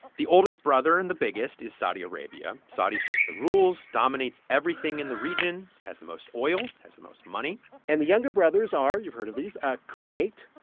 the oldest brother and the biggest is saudi arabia. saudi sets the rules, dominates everything in the region, has the most oil, has the most money and the younger brothers are you've heard of these ah kuwait,